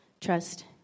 trust